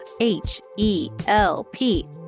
H-E-L-P